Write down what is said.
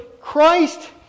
Christ